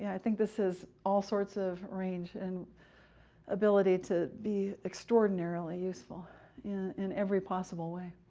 i think this has all sorts of range and ability to be extraordinarily useful in in every possible way.